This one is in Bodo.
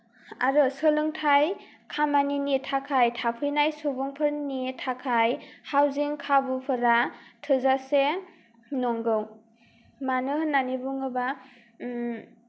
आरो सोलोंथाय खामानिनि थाखाय फैनाय सुबुंफोरनि थाखाय हाउजिं खाबुफोरा थोजासे नंगौ मानो होननानै बुङोब्ला